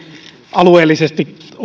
alueellisen